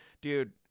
dude